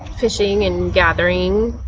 fishing and gathering.